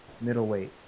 middleweight